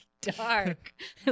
dark